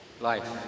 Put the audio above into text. life